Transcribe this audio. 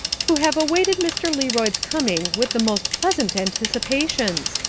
who have awaited mr. learoyd's coming with the most pleasant anticipations.